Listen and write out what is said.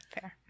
fair